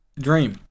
Dream